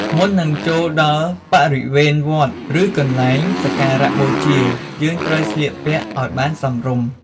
មុននឹងចូលដល់បរិវេណវត្ត ឬកន្លែងសក្ការបូជា យើងត្រូវស្លៀកពាក់ឲ្យបានសមរម្យ។